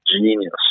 genius